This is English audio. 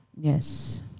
Yes